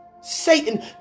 Satan